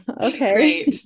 okay